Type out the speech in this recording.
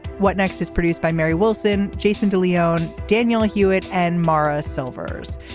what next is produced by mary wilson jason de leone daniel hewett and maura silvers.